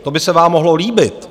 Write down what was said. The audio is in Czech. To by se vám mohlo líbit.